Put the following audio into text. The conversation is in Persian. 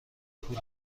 پول